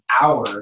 hour